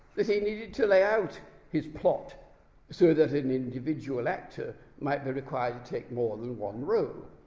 that he needed to lay out his plot so that an individual actor might be required to take more than one role.